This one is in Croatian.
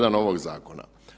1. ovog zakona.